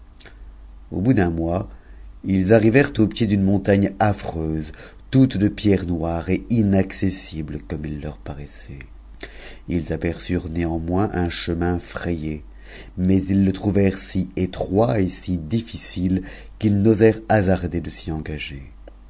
au bout d'un mois i s arrivèrent au pied d'une montagne affreuse toute de pierres noires et inaccessible comme it leur paraissait ts l néanmoins un chemin n'ayé mais ils le trouvèrent si étroit iisn osèrent hasarder de s'y engager